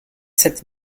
sept